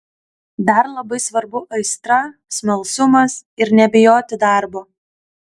dar labai svarbu aistra smalsumas ir nebijoti darbo